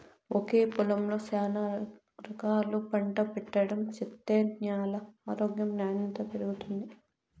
ఒకే పొలంలో శానా రకాలు పంట పెట్టడం చేత్తే న్యాల ఆరోగ్యం నాణ్యత పెరుగుతుంది